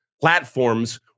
platforms